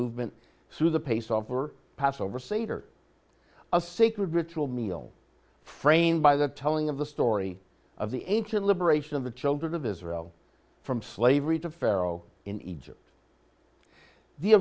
movement through the pay saw for passover seder a sacred ritual meal framed by the telling of the story of the ancient liberation of the children of israel from slavery to pharaoh in egypt the